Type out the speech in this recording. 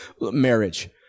marriage